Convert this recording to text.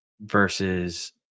Versus